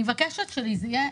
אני מבקשת שזה יהיה